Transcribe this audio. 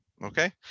Okay